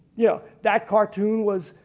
yeah that cartoon was,